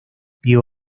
vio